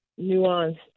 nuanced